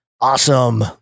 Awesome